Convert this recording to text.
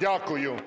Дякую.